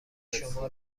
شما